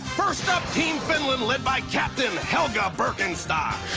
first up, team finland led by captain helga birkenstock.